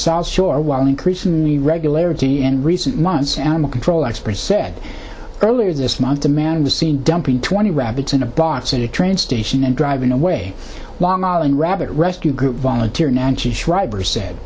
south shore while increasing the regularity in recent months animal control experts said earlier this month a man was seen dumping twenty rabbits in a box in a train station and driving away long island rabbit rescue group volunteer nancy schreiber said